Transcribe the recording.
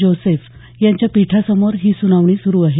Joseph यांच्या पीठासमोर ही सुनावणी सुरू आहे